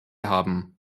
haben